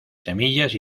semillas